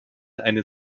eine